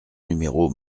numéro